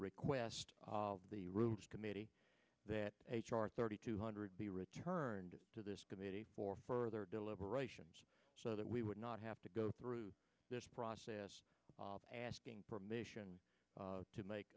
request the rules committee that h r thirty two hundred be returned to this committee for further deliberations so that we would not have to go through this process asking permission to make